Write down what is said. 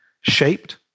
shaped